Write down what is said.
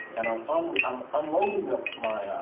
and i'm un, i'm unloading ah my, ah